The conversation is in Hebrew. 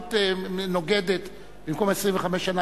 בעלות נוגדת במקום 25 שנה,